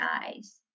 eyes